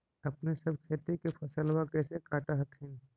अपने सब खेती के फसलबा कैसे काट हखिन?